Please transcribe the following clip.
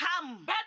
come